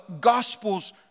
gospel's